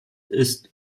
ist